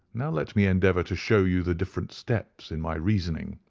now let me endeavour to show you the different steps in my reasoning.